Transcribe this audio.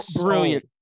brilliant